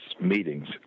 meetings